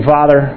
Father